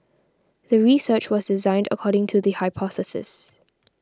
the research was designed according to the hypothesis